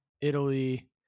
Italy